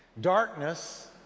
darkness